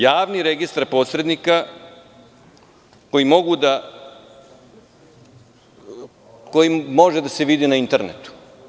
Javni registar posrednika koji može da se vidi na internetu.